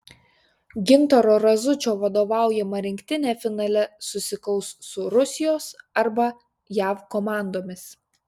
gintaro razučio vadovaujama rinktinė finale susikaus su rusijos arba jav komandomis